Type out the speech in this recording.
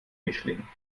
mischling